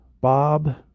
Bob